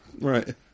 Right